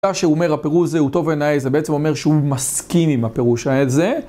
שאומר הפירוש זה הוא טוב עיניי זה בעצם אומר שהוא מסכים עם הפירוש הזה